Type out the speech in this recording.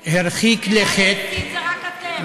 שהרחיק לכת, מי, שמסית, זה רק אתם.